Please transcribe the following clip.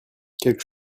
quelque